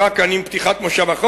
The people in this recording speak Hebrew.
מדוע לא אימצה הנהגת אש"ף המתונה כל כך,